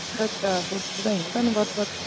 ਅੱਛਾ ਅੱਛਾ ਫਿਰ ਤਾਂ ਵਧਾਈਆਂ ਤੁਹਾਨੂੰ ਬਹੁਤ ਬਹੁਤ